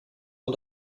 man